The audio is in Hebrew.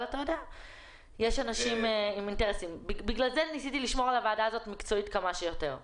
לכן ניסיתי לשמור על הוועדה הזאת שתהיה מקצועית כמה שיותר.